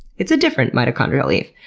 it's a different mitochondrial eve.